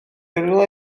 rhywle